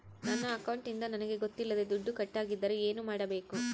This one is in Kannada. ನನ್ನ ಅಕೌಂಟಿಂದ ನನಗೆ ಗೊತ್ತಿಲ್ಲದೆ ದುಡ್ಡು ಕಟ್ಟಾಗಿದ್ದರೆ ಏನು ಮಾಡಬೇಕು?